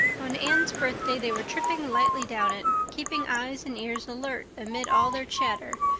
on anne's birthday they were tripping lightly down it, keeping eyes and ears alert amid all their chatter,